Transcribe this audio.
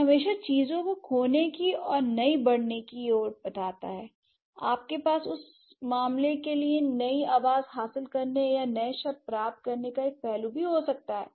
यह हमेशा चीजों को खोने की ओर नहीं बढ़ना चाहिए आपके पास उस मामले के लिए नई आवाज़ हासिल करने या नए शब्द प्राप्त करने का एक पहलू भी हो सकता है